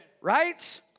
Right